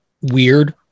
weird